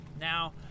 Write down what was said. Now